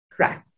Correct